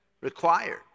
required